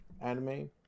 anime